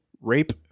rape